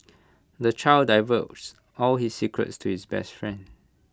the child divulged all his secrets to his best friend